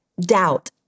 doubt